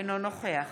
אינו נוכח